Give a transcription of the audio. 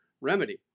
remedy